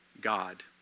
God